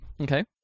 Okay